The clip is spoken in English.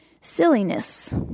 silliness